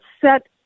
set